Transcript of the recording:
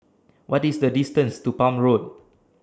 What IS The distance to Palm Road